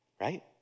right